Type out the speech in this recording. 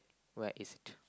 where is it